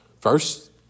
First